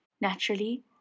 Naturally